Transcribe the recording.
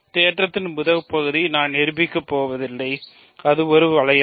தேற்றத்தின் முதல் பகுதி நான் நிரூபிக்க மாட்டேன் அது ஒரு வளையம்